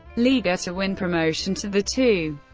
liga to win promotion to the two.